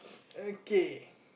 okay